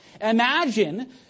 Imagine